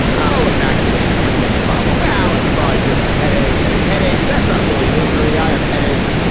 oh, evacuated for head trauma. wow. it's pride. just a headache and headaches. that's not really an injury. i have headaches.